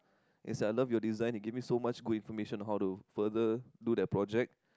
is that I love your design you give me so much good information on how to further do that project